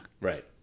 Right